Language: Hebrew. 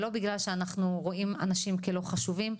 ולא בגלל שאנחנו רואים אנשים כלא חשובים,